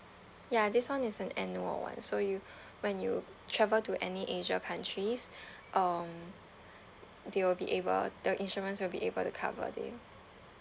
ya this one is an annual one so you when you travel to any asia countries um they will be able the insurance will be able to cover the